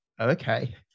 okay